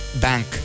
bank